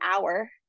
hour